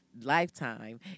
Lifetime